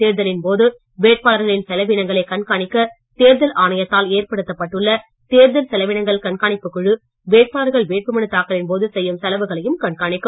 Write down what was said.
தேர்தலின் போது வேட்பாளர்களின் செலவினங்களை கண்காணிக்க தேர்தல் ஆணையத்தால் ஏற்படுத்தப்பட்டுள்ள தேர்தல் செலவினங்கள் கண்காணிப்புக்குழு வேட்பாளர்கள் வேட்புமனு தாக்கலின்போது செய்யும் செலவுகளையும் கண்காணிக்கும்